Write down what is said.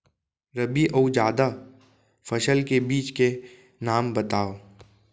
रबि अऊ जादा फसल के बीज के नाम बताव?